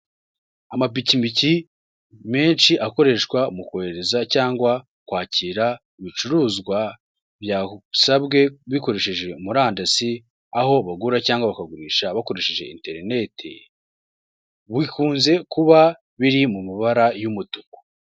Amapikipiki menshi akoreshwa mu kohereza cyangwa kwakira ibicuruzwa byasabwe bikoresheje murandasi, aho bagura cyangwa bakagurisha bakoresheje interineti, bikunze kuba biri mu mabara y'umutuku.